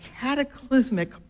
cataclysmic